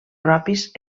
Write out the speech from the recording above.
propis